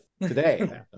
today